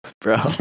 bro